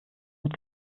mit